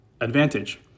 advantage